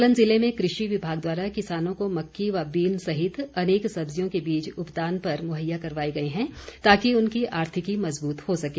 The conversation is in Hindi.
सोलन जिले में कृषि विभाग द्वारा किसानों को मक्की व बीन सहित अनेक सब्जियों के बीज उपदान पर मुहैया करवाए गए हैं ताकि उनकी आर्थिकी मज़बूत हो सके